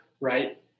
Right